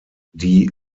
die